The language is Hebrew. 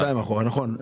נכון.